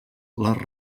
les